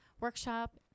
workshop